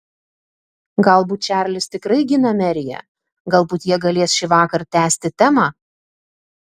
galbūt čarlis tikrai gina meriją galbūt jie galės šįvakar tęsti temą